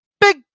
Big